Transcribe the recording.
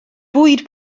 bwyd